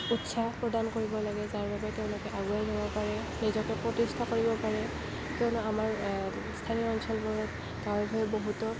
উৎসাহ প্ৰদান কৰিব লাগে যাৰ বাবে তেওঁলোকে আগুৱাই যাব পাৰে নিজকে প্ৰতিষ্ঠা কৰিব পাৰে কিয়নো আমাৰ স্থানীয় অঞ্চলবোৰত গাঁৱে ভূঞে বহুতো